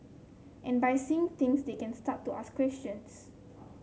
and by seeing things they can start to ask questions